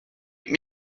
pick